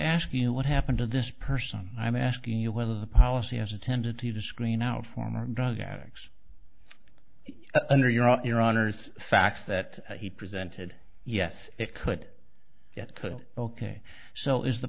asking you what happened to this person i'm asking you whether the policy has a tendency to screen out former drug addicts under your honour's facts that he presented yes it could get could ok so is the